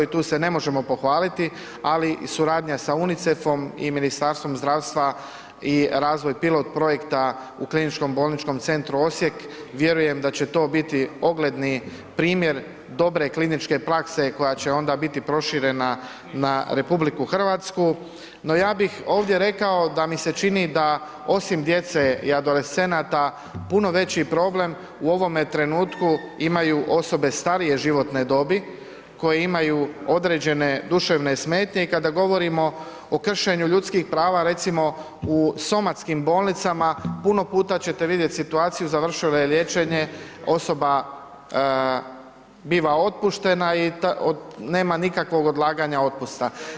Tu se ne možemo pohvaliti, ali suradnja sa UNICEF-om i Ministarstvom zdravstva i razvoj pilot-projekta u KBC-u Osijek, vjerujem da će to biti ogledni primjer dobre kliničke prakse koja će onda biti proširena na RH, no ja bih ovdje rekao da mi se čini da, osim djece i adolescenata, puno veći problem u ovome trenutku imaju osobe starije životne dobi koje imaju određene duševne smetnje i kada govorimo o kršenju ljudskih prava, recimo, u somatskim bolnicama, puno puta ćete vidjeti situaciju, završilo je liječenje, osoba biva otpuštena i nema nikakvog odlaganja otpusta.